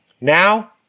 Now